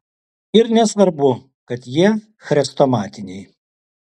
ir nesvarbu kad jie chrestomatiniai